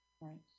right